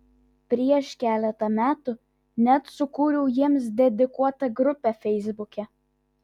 prieš keletą metų net sukūriau jiems dedikuotą grupę feisbuke